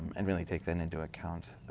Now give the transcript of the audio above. and really take that into account.